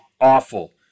awful